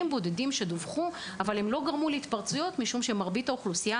בודדים שדווחו אבל הם לא גרמו להתפרצויות משום שמרבית האוכלוסייה